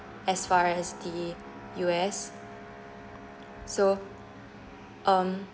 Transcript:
as far as the U_S so um